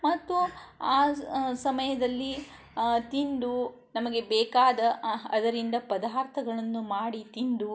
ಮತ್ತು ಆ ಸ್ ಸಮಯದಲ್ಲಿ ತಿಂದು ನಮಗೆ ಬೇಕಾದ ಅದರಿಂದ ಪದಾರ್ಥಗಳನ್ನು ಮಾಡಿ ತಿಂದು